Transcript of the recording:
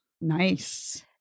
Nice